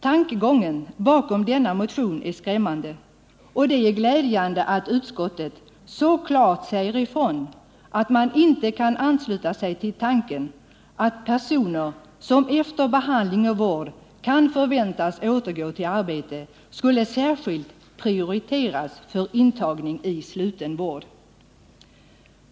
Tankegången bakom denna motion är skrämmande, och det är glädjande att utskottet så klart säger ifrån att man inte kan ansluta sig till tanken på att personer som efter behandling och vård kan förväntas återgå till arbete särskilt skulle prioriteras för intagning i sluten vård.